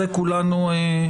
זה כולנו יודעים.